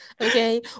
Okay